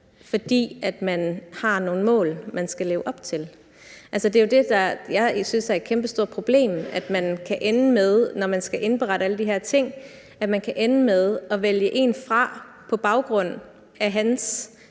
fordi man har nogle mål, man skal leve op til. Det er jo det, jeg synes er et kæmpestort problem. Man kan ende med, når man skal indberette alle de her ting, at vælge en fra på baggrund af hans